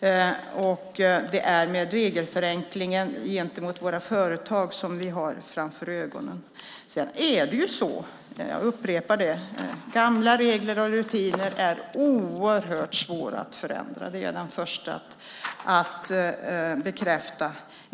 Det är regelförenklingen för våra företag som vi har framför ögonen. Jag upprepar att gamla regler och rutiner är oerhört svåra att förändra. Det är jag den första att bekräfta.